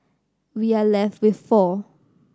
we are left with four